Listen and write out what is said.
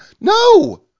No